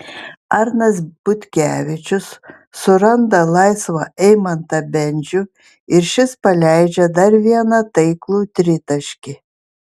arnas butkevičius suranda laisvą eimantą bendžių ir šis paleidžia dar vieną taiklų tritaškį